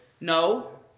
No